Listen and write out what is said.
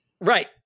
Right